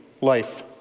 life